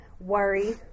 worry